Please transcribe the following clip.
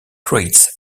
creates